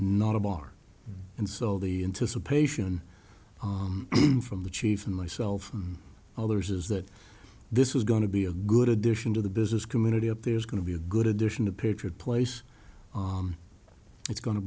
not a bar and so the anticipation from the chief and myself and others is that this is going to be a good addition to the business community up there is going to be a good addition to patriot place it's going to